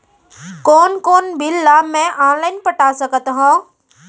कोन कोन बिल ला मैं ऑनलाइन पटा सकत हव?